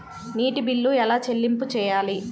నీటి బిల్లు ఎలా చెల్లింపు చేయాలి?